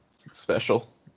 special